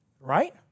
Right